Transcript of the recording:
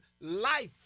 life